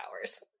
hours